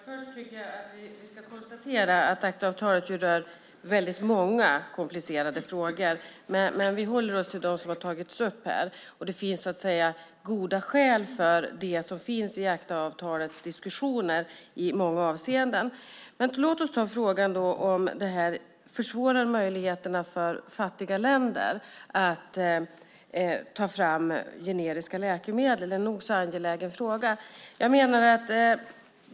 Fru talman! Vi ska konstatera att ACTA-avtalet rör väldigt många komplicerade frågor, men vi håller oss till dem som har tagits upp här. Det finns goda skäl för det som finns i ACTA-avtalets diskussioner i många avseenden. Låt oss ta upp frågan om detta försvårar för fattiga länder att ta fram generiska läkemedel - en nog så angelägen fråga.